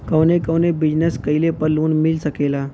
कवने कवने बिजनेस कइले पर लोन मिल सकेला?